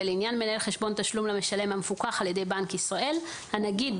ולעניין מנהל חשבון תשלום למשלם המפוקח על ידי בנק ישראל הנגיד,